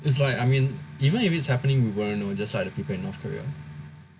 is like I mean even if it's happening we wouldn't know just like the people in North Korea